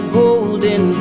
golden